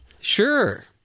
Sure